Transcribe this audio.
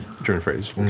german phrase.